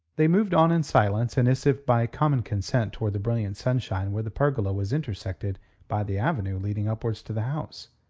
they moved on in silence and as if by common consent towards the brilliant sunshine where the pergola was intersected by the avenue leading upwards to the house.